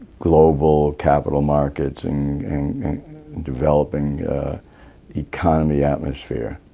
global capital markets and developing economy atmosphere?